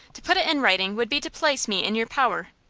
to put it in writing would be to place me in your power!